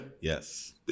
Yes